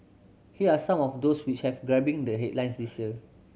here are some of those which have grabbing the headlines this year